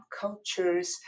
cultures